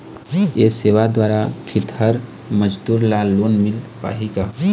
ये सेवा द्वारा खेतीहर मजदूर ला लोन मिल पाही का?